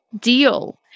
deal